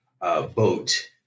vote